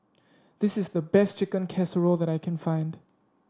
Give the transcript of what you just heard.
this is the best Chicken Casserole that I can find